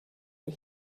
but